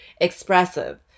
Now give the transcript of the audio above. expressive